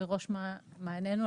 בראש מעייננו.